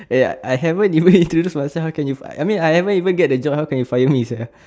eh I haven't even introduce myself how can you fire I mean I haven't even get the job how can you fire me sia